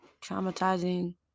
traumatizing